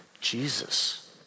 Jesus